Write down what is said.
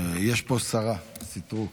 יש פה שרה, השרה סטרוק.